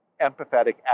empathetic